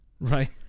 Right